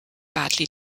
badly